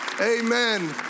Amen